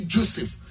Joseph